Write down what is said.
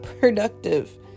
productive